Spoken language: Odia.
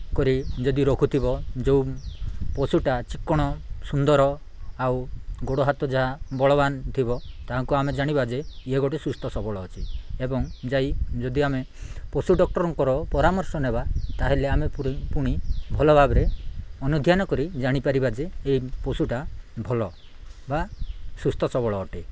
କରି ଯଦି ରଖୁଥିବ ଯେଉଁ ପଶୁଟା ଚିକ୍କଣ ସୁନ୍ଦର ଆଉ ଗୋଡ଼ ହାତ ଯାହା ବଳବାନ ଥିବ ତାଙ୍କୁ ଆମେ ଜାଣିବା ଯେ ଇଏ ଗୋଟେ ସୁସ୍ଥ ସବଳ ଅଛି ଏବଂ ଯାଇ ଯଦି ଆମେ ପଶୁ ଡକ୍ଟରଙ୍କର ପରାମର୍ଶ ନେବା ତା'ହେଲେ ଆମେ ପୁଣି ଭଲ ଭାବରେ ଅନୁଧ୍ୟାନ କରି ଜାଣିପାରିବା ଯେ ଏହି ପଶୁଟା ଭଲ ବା ସୁସ୍ଥ ସବଳ ଅଟେ